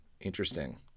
Interesting